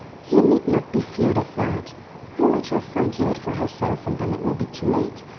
you need not be feared of that i'll let her find you out for herself and then it will be too late.